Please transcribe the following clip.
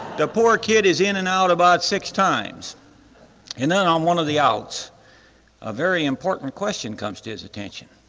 the poor kid is in and out about six times and then on one of the outs a very important question comes to his attention,